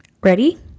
Ready